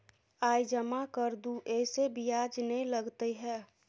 आय जमा कर दू ऐसे ब्याज ने लगतै है?